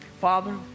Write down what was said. Father